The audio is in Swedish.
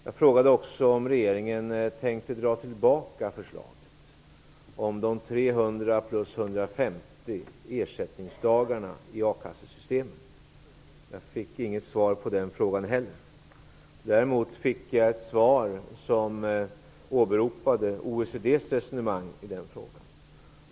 Jag frågade också om regeringen tänkte dra tillbaka förslaget om de 300 plus 150 ersättningsdagarna i akassesystemet. Jag fick inte något svar på den frågan heller. Däremot fick jag ett svar som åberopade OECD:s resonemang i den frågan.